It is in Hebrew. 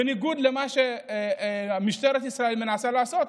בניגוד למה שמשטרת ישראל מנסה לעשות,